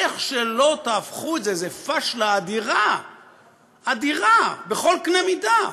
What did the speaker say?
איך שלא תהפכו את זה, זו פשלה אדירה בכל קנה מידה,